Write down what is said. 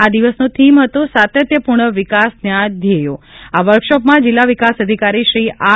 આ દિવસનો થીમ હતો સાતત્યપૂર્ણ વિકાસના ધ્યેયો આ વર્કશોપમાં જિલ્લા વિકાસ અધિકારી શ્રી આર